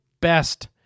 best